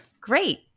Great